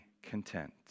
content